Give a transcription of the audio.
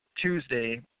Tuesday